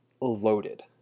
loaded